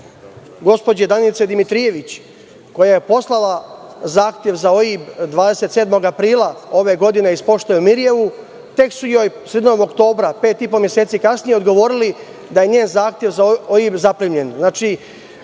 gospođe Danice Dimitrijević, koja je poslala zahtev za OIB 27. aprila ove godine iz pošte u Mirijevu. Tek su joj sredinom oktobra, pet i po meseci kasnije, odgovorili da je njen zahtev za OIB zaplenjen.